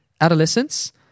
adolescence